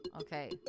Okay